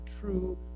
true